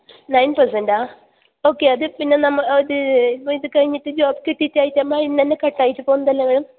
nine പെസെൻറ്റാ okay അത് പിന്നെ നമുക്ക് ഇത് കഴിഞ്ഞിട്ട് ജോബ് കിട്ടിട്ടായിട്ട് അതിന്ന് തന്നെ കട്ട് ആയിട്ട് പോവുന്നതല്ലേ മാം